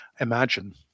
imagine